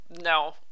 No